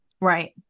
Right